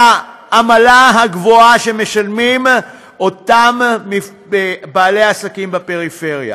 העמלה הגבוהה שמשלמים אותם בעלי עסקים בפריפריה.